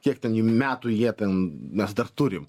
kiek ten jau metų jie ten mes dar turim